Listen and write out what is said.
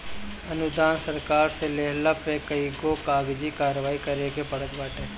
अनुदान सरकार से लेहला पे कईगो कागजी कारवाही करे के पड़त बाटे